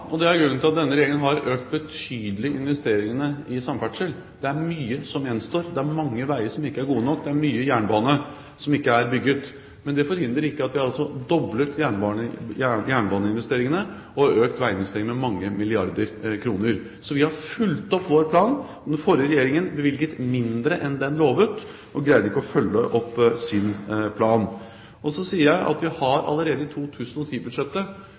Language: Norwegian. og det er grunnen til at denne regjeringen har økt investeringene i samferdsel betydelig. Det er mye som gjenstår. Det er mange veier som ikke er gode nok. Det er mye jernbane som ikke er bygget. Men det forhindrer ikke at vi har doblet jernbaneinvesteringene og økt veiinvesteringene med mange milliarder kroner. Så vi har fulgt opp vår plan. Den forrige regjeringen bevilget mindre enn den lovet og greide ikke å følge opp sin plan. Så sier jeg at vi allerede i 2010-budsjettet har hatt en betydelig opptrapping, i